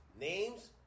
names